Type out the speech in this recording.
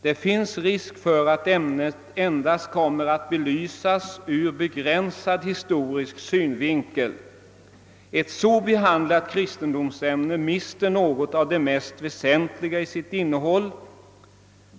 Det finns risk för att ämnet endast kommer att belysas ur begränsad historisk synvinkel. Ett så behandlat kristendomsämne mister något av det mest väsentliga i sitt innehåll.